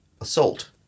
assault